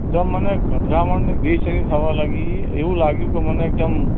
એકદમ મને ગભરામણ ને બેચેની થવા લાગી એવું લાગ્યું કે મને એકદમ